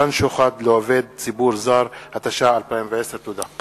(מתן שוחד לעובד ציבור זר), התש"ע 2010. תודה.